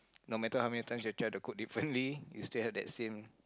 no matter how many times you try to cook differently you still have that same